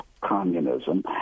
communism